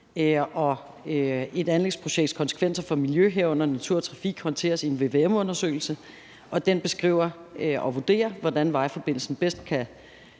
Et anlægsprojekts konsekvenser for miljø, herunder natur og trafik, håndteres i en VVM-undersøgelse, og den beskriver og vurderer, hvordan vejforbindelsen bedst kan